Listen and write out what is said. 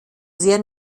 sehr